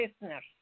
listeners